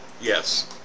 Yes